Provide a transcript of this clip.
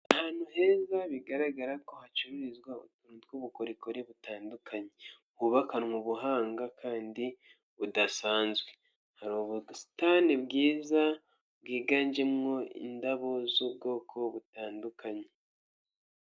Ahantu heza bigaragara ko hacururizwa utuntu tw'ubukorikori butandukanye, hubakanwe ubuhanga kandi budasanzwe, hari ubusitani bwiza bwiganjem indabo z'ubwoko butandukanye.